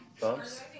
Bumps